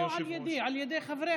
לא על ידי, על ידי חבריך.